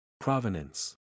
Provenance